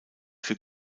für